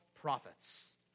prophets